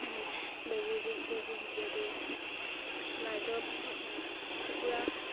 বেজী দি বেজী যিহেতু লাইটৰ পোহৰত কুকুৰা